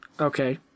Okay